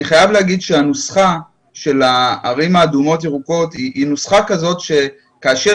אני חייב להגיד שהנוסחה של הערים האדומות והירוקות היא נוסחה כזו שכאשר